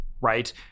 Right